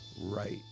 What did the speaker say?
right